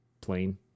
plain